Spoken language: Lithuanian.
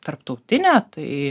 tarptautinė tai